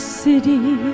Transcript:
city